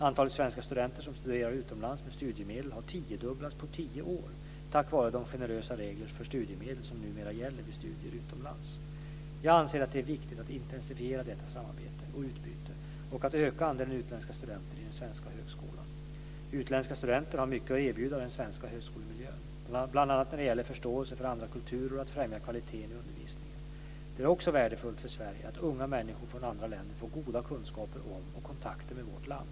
Antalet svenska studenter som studerar utomlands med studiemedel har tiodubblats på tio år tack vare de generösa regler för studiemedel som numera gäller vid studier utomlands. Jag anser att det är viktigt att intensifiera detta samarbete och utbyte och att öka andelen utländska studenter i den svenska högskolan. Utländska studenter har mycket att erbjuda den svenska högskolemiljön, bl.a. när det gäller förståelse för andra kulturer och att främja kvaliteten i undervisningen. Det är också värdefullt för Sverige att unga människor från andra länder får goda kunskaper om och kontakter med vårt land.